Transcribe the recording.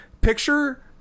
picture